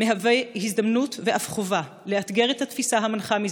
מהווה הזדמנות ואף חובה לאתגר את התפיסה המנחה זה